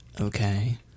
okay